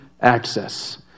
access